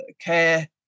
care